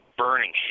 burning